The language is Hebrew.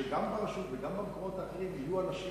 שגם ברשות וגם במקומות האחרים יהיו אנשים